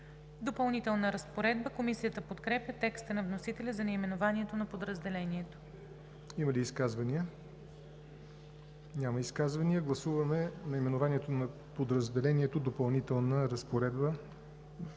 „Допълнителна разпоредба.“ Комисията подкрепя текста на вносителя за наименованието на подразделението. ПРЕДСЕДАТЕЛ ЯВОР НОТЕВ: Има ли изказвания? Няма изказвания. Гласуваме наименованието на подразделението „Допълнителна разпоредба“